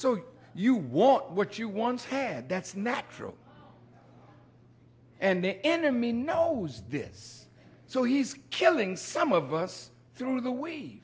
so you want what you once had that's natural and the enemy knows this so he's killing some of us through the we